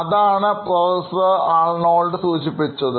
അതാണ് professor Arnold സൂചിപ്പിച്ചത്